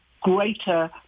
greater